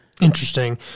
interesting